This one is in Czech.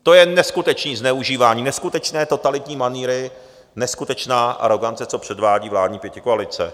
To je neskutečné zneužívání, neskutečné totalitní manýry, neskutečná arogance, co předvádí vládní pětikoalice.